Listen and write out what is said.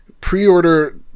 pre-order